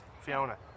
Fiona